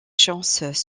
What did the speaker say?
chances